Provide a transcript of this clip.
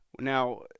Now